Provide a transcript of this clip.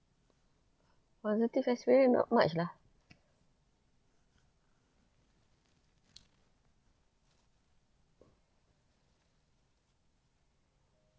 positive experience not much lah